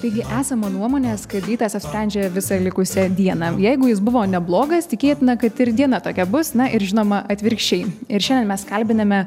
taigi esama nuomonės kad rytas nusprendžia visą likusią dieną jeigu jis buvo neblogas tikėtina kad ir diena tokia bus na ir žinoma atvirkščiai ir šiandien mes kalbiname